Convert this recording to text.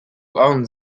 owns